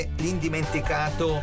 l'indimenticato